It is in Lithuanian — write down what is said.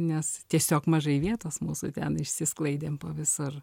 nes tiesiog mažai vietos mūsų ten išsisklaidėm po visur